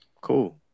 cool